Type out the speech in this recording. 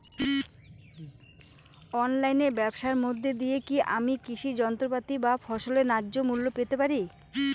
অনলাইনে ব্যাবসার মধ্য দিয়ে কী আমি কৃষি যন্ত্রপাতি বা ফসলের ন্যায্য মূল্য পেতে পারি?